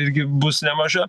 irgi bus nemaža